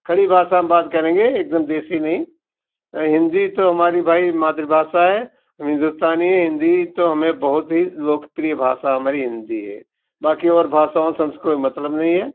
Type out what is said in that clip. खड़ी भाषा में बात करेंगे एकदम देशी नहीं हिंदी तो हमारी भाई मातृभाषा है हम हिंदुस्तानी है हिंदी ही तो हमें बहुत ही लोकप्रिय भाषा हमारी हिंदी है बाकी और भाषाओं से हमसे कोई मतलब नहीं है